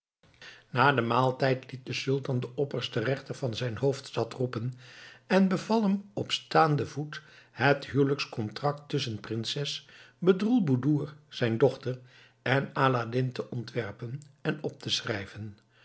na den maaltijd liet de sultan den oppersten rechter van zijn hoofdstad roepen en beval hem op staanden voet het huwelijkskontrakt tusschen prinses bedroelboedoer zijn dochter en aladdin te ontwerpen en op te schrijven